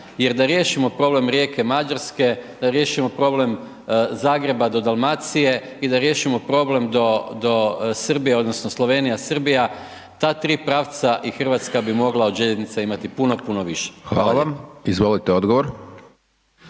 Jer da riješimo problem Rijeke Mađarske, da riješimo problem Zagreba do Dalmacije i da riješimo problem do Srbije, odnosno, Slovenija Srbija, ta 3 pravca i Hrvatska bi mogla od željeznice imati puno, puno više. Hvala lijepo.